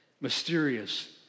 mysterious